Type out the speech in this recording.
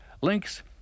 links